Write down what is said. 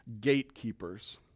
gatekeepers